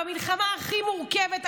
במלחמה הכי מורכבת,